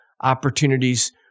opportunities